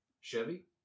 Chevy